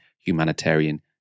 humanitarian